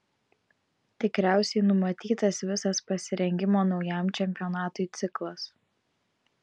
tikriausiai numatytas visas pasirengimo naujam čempionatui ciklas